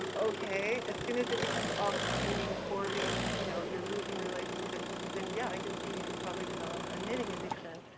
okay, as soon as it becomes all-consuming, hoarding, you know you're losing relationships, then yeah, i could see you could probably develop a knitting addiction.